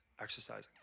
exercising